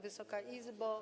Wysoka Izbo!